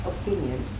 opinion